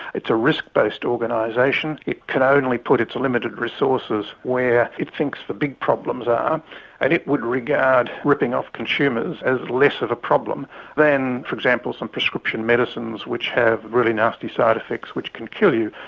it's a risk-based organisation, it can only put its limited resources where it thinks the big problems are and it would regard ripping off consumers as less of a problem than for example some prescription medicines which have really nasty side effects which can kill you.